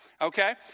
okay